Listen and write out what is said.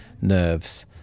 nerves